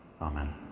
Amen